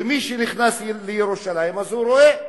ומי שנכנס לירושלים אז הוא רואה.